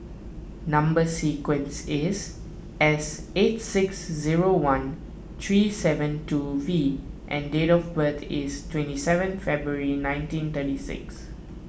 Number Sequence is S eight six zero one three seven two V and date of birth is twenty seven February nineteen thirty six